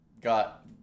got